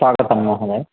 स्वागतं महोदय